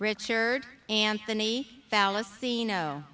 richard anthony fallacy you know